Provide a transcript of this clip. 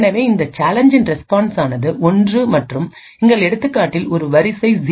எனவே இந்த சேலஞ்சின் ரெஸ்பான்ஸ் ஆனது ஒன்று மற்றும் எங்கள் எடுத்துக்காட்டில் ஒரு வரிசை 0